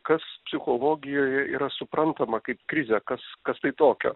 kas psichologijoje yra suprantama kaip krizė kas kas kai tokio